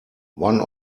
one